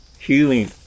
healing